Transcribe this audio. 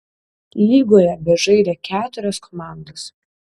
lygoje bežaidė keturios komandos